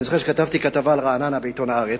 אני זוכר שכתבתי כתבה על רעננה בעיתון "הארץ",